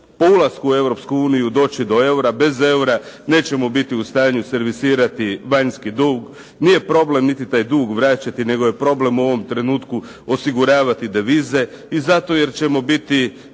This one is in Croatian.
u Europsku uniju doći do eura, bez eura nećemo biti u stanju servisirati vanjski dug. Nije problem niti taj dug vraćati, nego je problem u ovom trenutku osiguravati devize, i zato jer ćemo biti